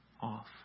off